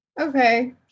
Okay